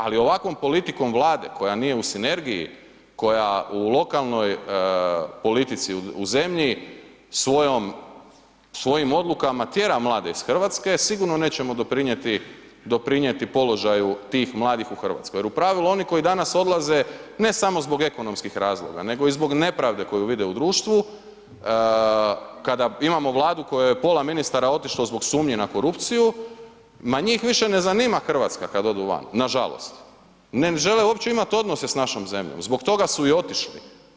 Ali ovakvom politikom Vlade koja nije u sinergiji koja u lokalnoj politici u zemlji svojim odlukama tjera mlade iz Hrvatske sigurno nećemo doprinijeti položaju tih mladih u Hrvatskoj jer u pravilu oni koji danas odlaze, ne samo zbog ekonomskih razloga, nego i zbog nepravde koju vide u društvu, kada imamo Vlada kojoj je pola ministara otišlo zbog sumnje na korupciju, ma njih više ne zanima Hrvatska kada odu van, nažalost, ne žele uopće imati odnose s našom zemljom, zbog toga su i otišli.